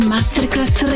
Masterclass